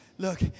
Look